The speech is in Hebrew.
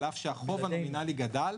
על אף שהחוב הנומינלי גדל.